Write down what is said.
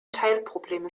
teilprobleme